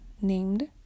named